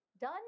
done